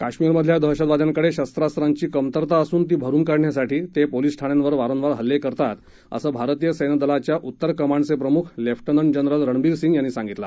काश्मीरमधल्या दहशतवाद्यांकडे शस्त्रास्त्रांची कमतरता असून ती भरुन काढण्यासाठी पोलीस ठाण्यांवर वारंवार हल्ले केले जात आहेत असं भारतीय सैन्यदलाच्या उत्तर कमांडचे प्रमुख लेफ्टनंट जनरल रणबीर सिंग यांनी सांगितलं